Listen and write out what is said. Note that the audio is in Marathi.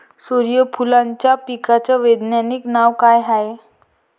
सुर्यफूलाच्या पिकाचं वैज्ञानिक नाव काय हाये?